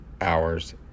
hours